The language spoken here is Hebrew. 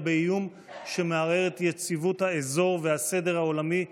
באיום שמערער את יציבות האזור והסדר העולמי כולו.